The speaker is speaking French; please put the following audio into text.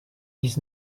dix